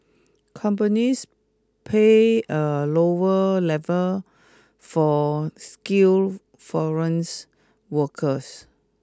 companies pay a lower level for skilled foreign workers